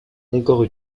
encore